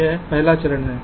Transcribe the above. यह पहला चरण हैं